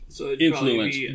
Influence